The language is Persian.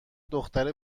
دختر